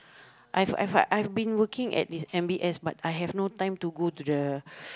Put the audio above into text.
I have I have I have been working at this M_B_S but I have no time to go to the